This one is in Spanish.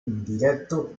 indirecto